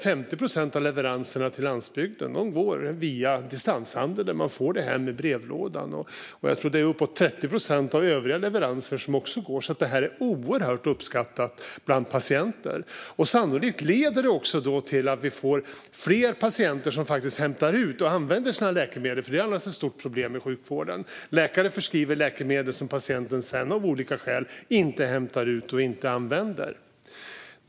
50 procent av läkemedelsleveranserna till landsbygden går i dag via distanshandel. Man får det man beställt hem i brevlådan. Jag tror att det också gäller uppåt 30 procent av övriga leveranser. Det är oerhört uppskattat bland patienter och leder sannolikt också till att fler patienter faktiskt hämtar ut och använder sina läkemedel. Det är annars ett stort problem i sjukvården att läkare förskriver läkemedel som patienten sedan av olika skäl inte hämtar ut och inte använder.